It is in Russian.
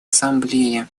ассамблеи